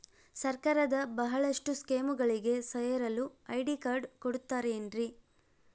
ಸರ್ಕಾರದ ಬಹಳಷ್ಟು ಸ್ಕೇಮುಗಳಿಗೆ ಸೇರಲು ಐ.ಡಿ ಕಾರ್ಡ್ ಕೊಡುತ್ತಾರೇನ್ರಿ?